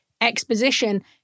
exposition